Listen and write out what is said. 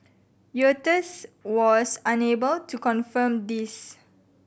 Reuters was unable to confirm this